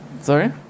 Sorry